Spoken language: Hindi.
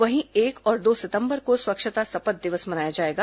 वहीं एक और दो सितम्बर को स्वच्छता शपथ दिवस मनाया जाएगा